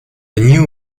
new